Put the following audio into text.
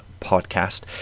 podcast